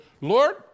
Lord